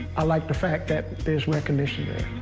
i like the fact that there's recognition there.